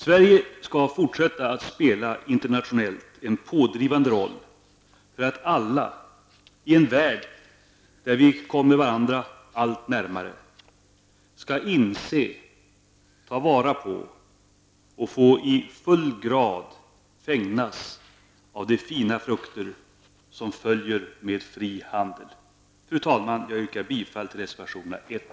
Sverige skall fortsätta att internationellt spela en pådrivande roll för att alla i en värld där vi kommer allt närmare varandra skall inse, ta vara på och få i full grad fägnas av de fina frukter som följer med fri handel. Fru talman! Jag yrkar bifall till reservationerna 1